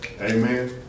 amen